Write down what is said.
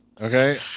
Okay